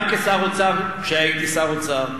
גם כשר אוצר, כשהייתי שר אוצר.